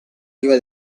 riva